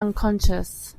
unconscious